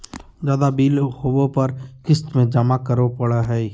ज्यादा बिल होबो पर क़िस्त में जमा करे पड़ो हइ